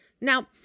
Now